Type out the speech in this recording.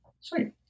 sweet